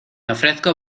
ofrezco